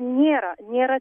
nėra nėra